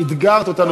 אתגרת אותנו.